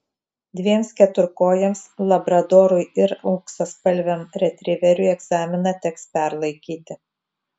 dviems keturkojams labradorui ir auksaspalviam retriveriui egzaminą teks perlaikyti